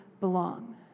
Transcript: belong